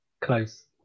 close